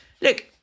look